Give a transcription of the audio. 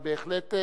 אבל בהחלט,